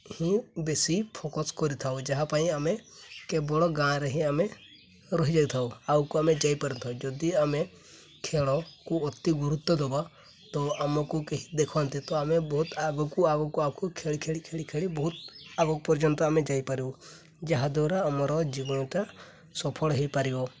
ହିଁ ବେଶୀ ଫୋକସ୍ କରିଥାଉ ଯାହା ପାଇଁ ଆମେ କେବଳ ଗାଁରେ ହିଁ ଆମେ ରହିଯାଇଥାଉ ଆଗକୁ ଆମେ ଯାଇପାରିଥାଉ ଯଦି ଆମେ ଖେଳକୁ ଅତି ଗୁରୁତ୍ୱ ଦେବା ତ ଆମକୁ କେହି ଦେଖନ୍ତି ତ ଆମେ ବହୁତ ଆଗକୁ ଆଗକୁ ଆଗକୁ ଖେଳି ଖେଳି ଖେଳି ଖେଳି ବହୁତ ଆଗ ପର୍ଯ୍ୟନ୍ତ ଆମେ ଯାଇପାରିବୁ ଯାହାଦ୍ୱାରା ଆମର ଜୀବନତା ସଫଳ ହେଇପାରିବ